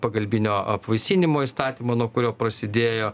pagalbinio apvaisinimo įstatymą nuo kurio prasidėjo